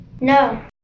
no